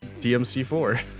DMC4